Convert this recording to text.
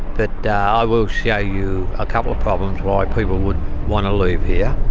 but i will show you a couple of problems why people would want to leave here.